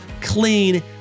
clean